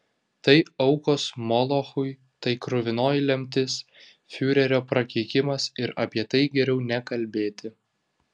tai aukos molochui tai kruvinoji lemtis fiurerio prakeikimas ir apie tai geriau nekalbėti